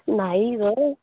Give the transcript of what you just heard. नाही गं